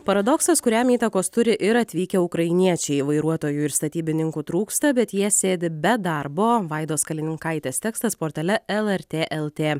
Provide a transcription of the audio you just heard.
paradoksas kuriam įtakos turi ir atvykę ukrainiečiai vairuotojų ir statybininkų trūksta bet jie sėdi be darbo vaidos kalininkaitės tekstas portale lrt lt